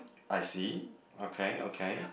I see okay okay